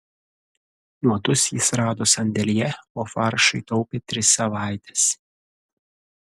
nuodus jis rado sandėlyje o faršui taupė tris savaites